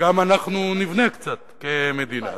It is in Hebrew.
שגם אנחנו נבנה קצת, כמדינה.